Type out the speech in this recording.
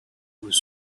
was